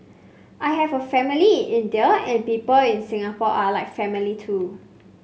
I have a family in India and people in Singapore are like family too